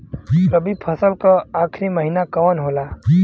रवि फसल क आखरी महीना कवन होला?